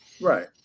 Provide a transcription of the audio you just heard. right